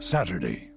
Saturday